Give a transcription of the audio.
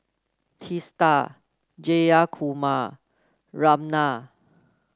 Teesta Jayakumar Ramnath